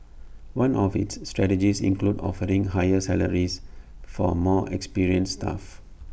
one of its strategies includes offering higher salaries for more experienced staff